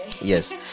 yes